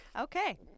okay